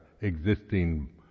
existing